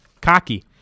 cocky